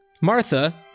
Martha